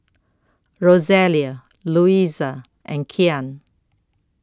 Rosalia Luisa and Kyan